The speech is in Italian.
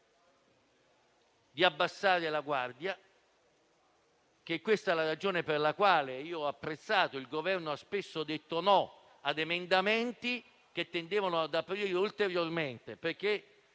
di abbassare la guardia. È questa la ragione per la quale il Governo ha spesso detto no ad emendamenti che tendevano ad aprire ulteriormente,